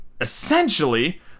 essentially